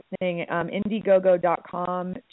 Indiegogo.com